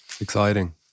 Exciting